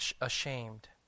ashamed